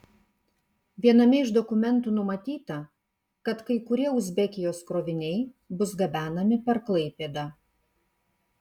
viename iš dokumentų numatyta kad kai kurie uzbekijos kroviniai bus gabenami per klaipėdą